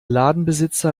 ladenbesitzer